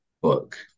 book